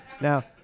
Now